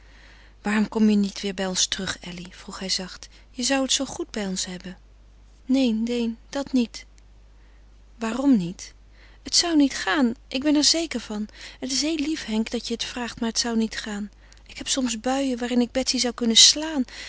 waarom kom je niet weêr bij ons terug elly vroeg hij zacht je zou het zoo goed bij ons hebben neen neen dat niet waarom niet het zou niet gaan ik ben er zeker van het is heel lief henk dat je het vraagt maar het zou niet gaan ik heb soms buien waarin ik betsy zou kunnen slaan